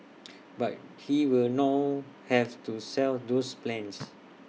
but he will now have to shelve those plans